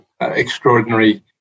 extraordinary